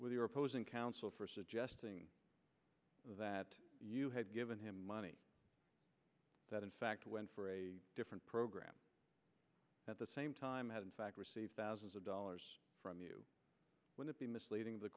with your opposing counsel for suggesting that you had given him money that in fact went for a different program at the same time had in fact received thousands of dollars from you wouldn't be misleading the